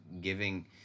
giving